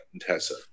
tessa